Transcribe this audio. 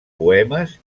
poemes